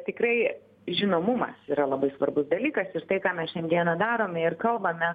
tikrai žinomumas yra labai svarbus dalykas ir tai ką mes šiandieną darome ir kalbame